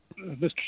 Mr